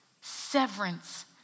severance